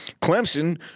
Clemson